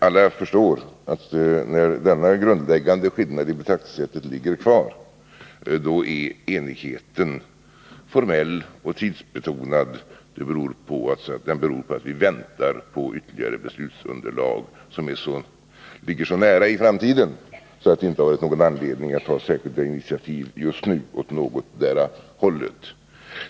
Alla förstår att så länge denna grundläggande skillnad i betraktelsesätt finns kvar är enigheten formell och tidsbetonad. Den beror alltså på att vi väntar på ytterligare beslutsunderlag som ligger så nära i framtiden att det inte funnits någon anledning att ta särskilda initiativ just nu åt någotdera hållet.